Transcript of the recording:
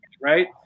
right